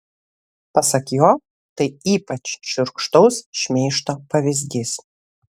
pasak jo tai ypač šiurkštaus šmeižto pavyzdys